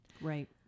right